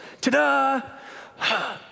ta-da